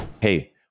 Hey